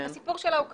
הסיפור שלה הוא כזה,